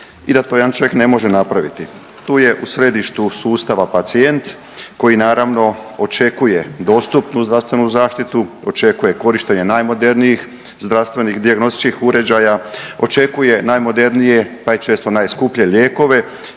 i da to jedan čovjek ne može napraviti. Tu je u središtu sustava pacijent koji naravno očekuje dostupnu zdravstvenu zaštitu, očekuje korištenje najmodernijih zdravstvenih dijagnostičkih uređaja, očekuje najmodernije pa i često najskuplje lijekove